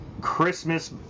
Christmas